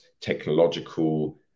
technological